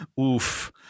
Oof